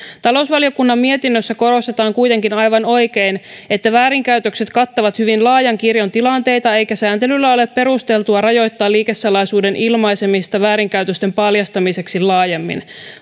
talousvaliokunnan mietinnössä korostetaan kuitenkin aivan oikein että väärinkäytökset kattavat hyvin laajan kirjon tilanteita eikä sääntelyllä ole perusteltua rajoittaa liikesalaisuuden ilmaisemista väärinkäytösten paljastamiseksi laajemmin